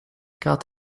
kaat